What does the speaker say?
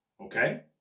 okay